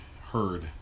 heard